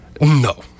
No